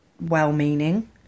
well-meaning